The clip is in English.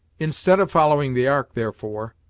instead of following the ark, therefore,